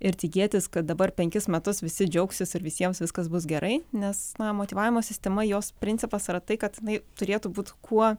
ir tikėtis kad dabar penkis metus visi džiaugsis ir visiems viskas bus gerai nes na motyvavimo sistema jos principas yra tai kad jinai turėtų būti kuo